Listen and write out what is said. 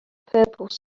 purple